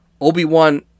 Obi-Wan